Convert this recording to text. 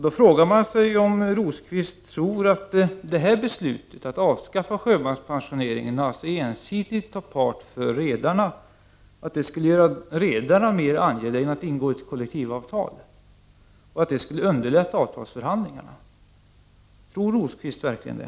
Då frågar man sig om Birger Rosqvist tror att det här beslutet — att avskaffa sjömanspensioneringen och alltså ensidigt ta ställning för redarna — skulle göra redarna mer angelägna om att ingå ett kollektivavtal, och att det skulle underlätta avtalsförhandlingarna. Tror Birger Rosqvist verkligen det?